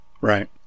Right